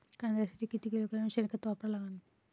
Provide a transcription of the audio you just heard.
कांद्यासाठी किती किलोग्रॅम शेनखत वापरा लागन?